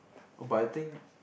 but I think